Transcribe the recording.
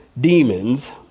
demons